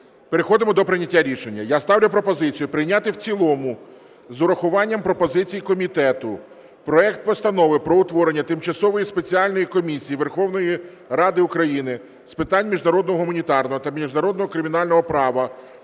переходимо до прийняття рішення. Я ставлю пропозицію прийняти в цілому з урахуванням пропозицій комітету проект Постанови про утворення Тимчасової спеціальної комісії Верховної Ради України з питань міжнародного гуманітарного та міжнародного кримінального права